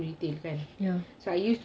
yes